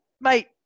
mate